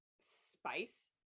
spice